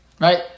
right